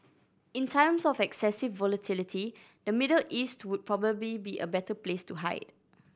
in times of excessive volatility the Middle East would probably be a better place to hide